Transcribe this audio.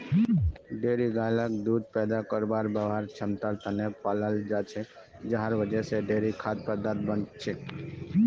dairy गाय लाक दूध पैदा करवार वहार क्षमतार त न पालाल जा छेक जहार वजह से डेयरी खाद्य पदार्थ बन छेक